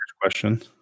question